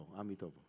Amitovo